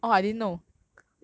I don't believe in ghost ah